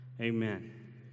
Amen